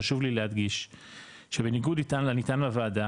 חשוב לי להדגיש שבניגוד לנטען בוועדה,